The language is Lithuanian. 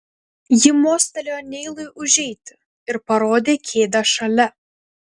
ji mostelėjo neilui užeiti ir parodė kėdę šalia